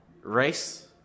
race